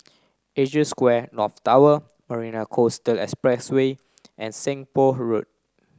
Asia Square North Tower Marina Coastal Expressway and Seng Poh Road